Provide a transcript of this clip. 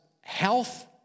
health